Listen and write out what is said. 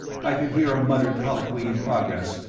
i could hear a muttered colloquy in progress,